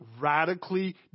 radically